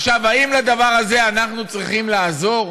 האם לדבר הזה אנחנו צריכים לעזור?